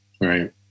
right